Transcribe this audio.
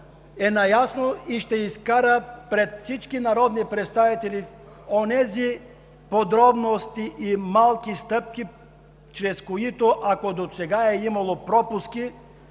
ревизор, ще изкара пред всички народни представители онези подробности и малки стъпки, чрез които, ако досега е имало пропуски,